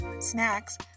snacks